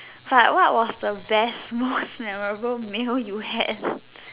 what what was the best most memorable meal you had